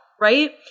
right